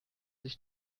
sich